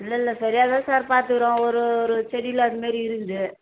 இல்லை இல்லை சரியாக தான் சார் பார்த்துக்கறோம் ஒரு ஒரு செடியில் அதுமாரி இருக்குது